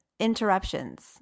interruptions